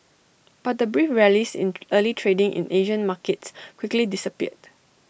but the brief rallies in early trading in Asian markets quickly disappeared